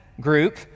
group